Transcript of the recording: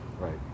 Right